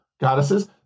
goddesses